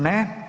Ne.